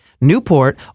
Newport